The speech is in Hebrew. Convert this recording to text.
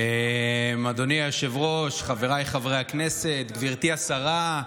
אדוני היושב-ראש, חבריי חברי הכנסת, גברתי השרה,